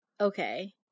Okay